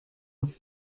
nous